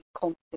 comfortable